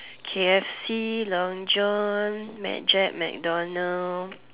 K_F_C long John mad Jack MacDonald